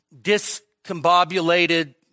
Discombobulated